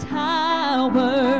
tower